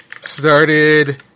started